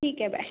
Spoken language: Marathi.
ठीक आहे बाय